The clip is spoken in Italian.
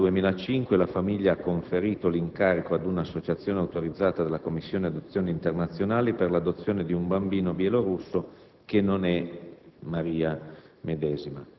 Successivamente, nell'anno 2005, la famiglia ha conferito incarico ad un'associazione autorizzata dalla Commissione per le adozioni internazionali per l'adozione di un bambino bielorusso che non è